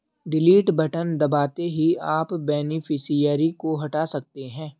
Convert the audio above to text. delete button दबाते ही आप बेनिफिशियरी को हटा सकते है